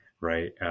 Right